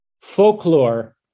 folklore